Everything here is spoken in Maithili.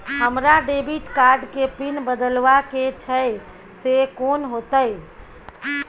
हमरा डेबिट कार्ड के पिन बदलवा के छै से कोन होतै?